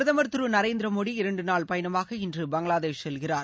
பிரதமர் திரு நரேந்திர மோடி இரண்டு நாள் பயணமாக இன்று பங்களாதேஷ் செல்கிறார்